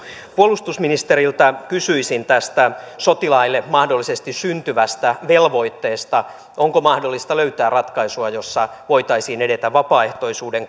puolustusministeriltä kysyisin tästä sotilaille mahdollisesti syntyvästä velvoitteesta ja siitä onko mahdollista löytää ratkaisua jossa voitaisiin edetä vapaaehtoisuuden